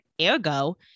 ergo